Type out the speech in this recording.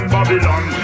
Babylon